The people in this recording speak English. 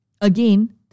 Again